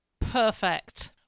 perfect